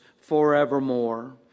forevermore